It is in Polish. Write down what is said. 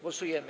Głosujemy.